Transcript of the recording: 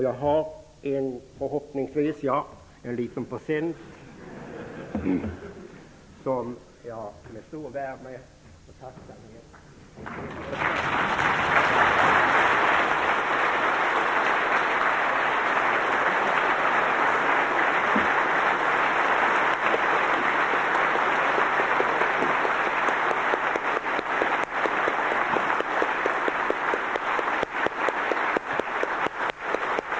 Jag har en liten present som jag med stor värme och tacksamhet vill lämna över till dig.